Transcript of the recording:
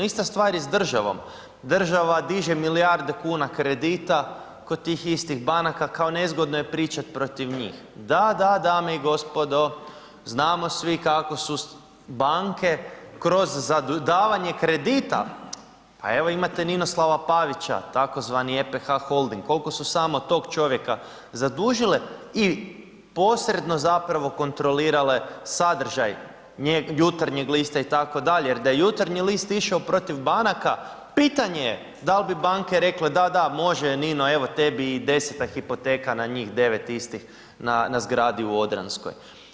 Ista stvar i sa državom, država diže milijarde luna kredita kod tih istih banaka kao nezgodno je pričat protiv njih, da, da, da, dame i gospodo, znamo svi kako su banke kroz davanje kredita a evo imate Ninoslava Pavića, tzv. EPH holding koliko su samo tog čovjeka zadužile i posredno zapravo kontrolirale sadržaj Jutarnjeg lista itd., jer je da Jutarnji list išao protiv banaka, pitanje je da li bi banke rekle da, da, može Nino evo tebi i 10. hipoteka na njih 9 istih na zgradi u Odranskoj.